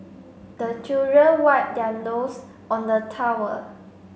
the children wipe their nose on the towel